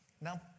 Now